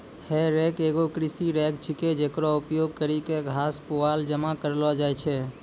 हे रेक एगो कृषि रेक छिकै, जेकरो उपयोग करि क घास, पुआल जमा करलो जाय छै